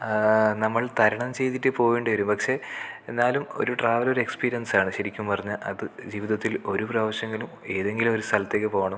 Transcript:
നമ്മൾ തരണം ചെയ്തിട്ട് പോകേണ്ടി വരും പക്ഷെ എന്നാലും ഒരു ട്രാവൽ ഒരു എക്സ്പീരിയൻസാണ് ശരിക്കും പറഞ്ഞാൽ അതു ജീവിതത്തിൽ ഒരു പ്രാവശ്യമെങ്കിലും ഏതെങ്കിലും ഒരു സ്ഥലത്തേക്ക് പോകണം